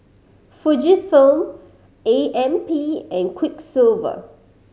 Fujifilm A M P and Quiksilver